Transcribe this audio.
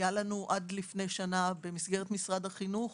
היה לנו עד לפני שנה במסגרת משרד החינוך